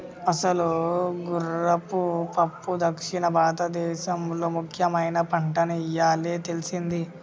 అసలు గుర్రపు పప్పు దక్షిణ భారతదేసంలో ముఖ్యమైన పంటని ఇయ్యాలే తెల్సింది